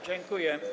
Dziękuję.